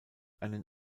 einen